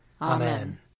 Amen